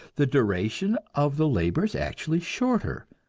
the duration of the labor is actually shorter,